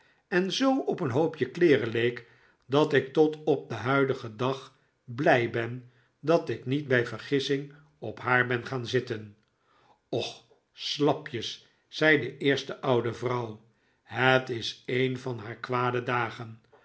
en zoo op een hoopje kleeren leek dat ik tot op den huidigen dag blij ben dat ik niet bij vergissing op haar ben gaan zitten och slapjes zei de eerste oude vrouw het is een van haar kwade dagen